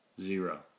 Zero